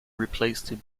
replaced